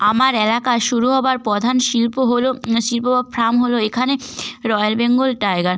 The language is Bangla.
আমার এলাকার শুরু হওয়ার প্রধান শিল্প হল শিল্প বা ফার্ম হল এখানে রয়্যাল বেঙ্গল টাইগার